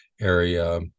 area